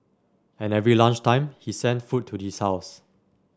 and every lunch time he sent food to his house